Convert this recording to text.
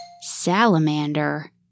salamander